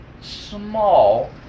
small